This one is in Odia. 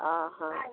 ଓଃ